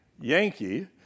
Yankee